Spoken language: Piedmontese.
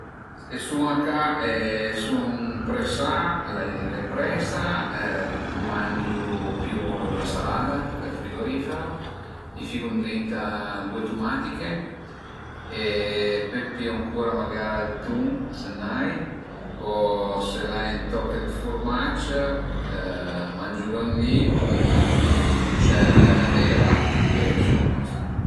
Se sun a ca e sun presà, l'ai presa mangiu, pìu la salada dal frigorifero, i ficu ëndrinta due tumatiche e pöi pìu magara ël tun se ën ai o se l'ai ün toch d'furmac mangiu lon li cun ün bicer d'eva e sun a post